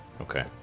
okay